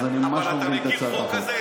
אז אני ממש לא מבין את הצעת החוק.